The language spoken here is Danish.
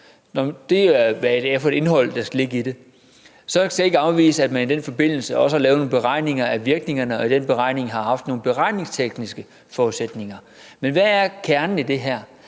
aftale, der skal være, hvilket indhold der skal ligge i den. Så skal jeg ikke afvise, at man i den forbindelse også har lavet nogle beregninger af virkningerne, og at de beregninger har haft nogle beregningstekniske forudsætninger. Men hvad er kernen i det her?